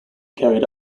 carried